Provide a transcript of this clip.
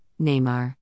Neymar